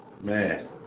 man